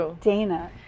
Dana